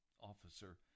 officer